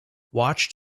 watched